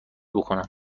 بکنم